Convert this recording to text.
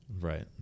Right